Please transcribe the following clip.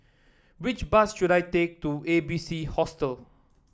which bus should I take to A B C Hostel